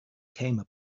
came